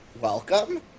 welcome